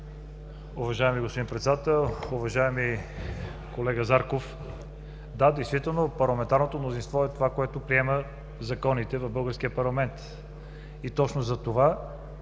Уважаеми господин Председател, уважаеми колега Зарков! Да, действително парламентарното мнозинство е това, което приема законите в българския парламент и точно затова